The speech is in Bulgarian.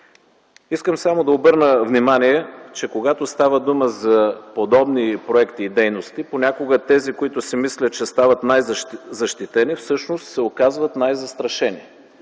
Искам само да обърна внимание, че когато става дума за подобни проекти и дейности, понякога тези, които си мислят, че стават най-защитени, всъщност се оказват най-застрашени,